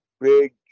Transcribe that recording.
big